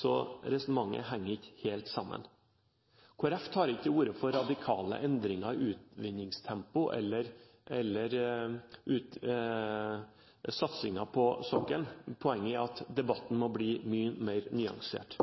Resonnementet henger ikke helt sammen. Kristelig Folkeparti tar ikke til orde for radikale endringer i utvinningstempo eller satsingen på sokkelen. Poenget er at debatten må bli mye mer nyansert.